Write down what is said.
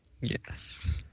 yes